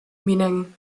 meaning